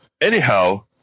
Anyhow